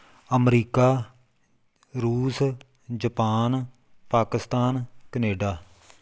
America ਰੂਸ Japan Pakistan Canada